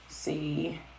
see